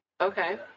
Okay